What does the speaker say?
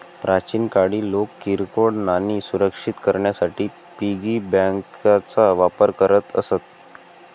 प्राचीन काळी लोक किरकोळ नाणी सुरक्षित करण्यासाठी पिगी बँकांचा वापर करत असत